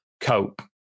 cope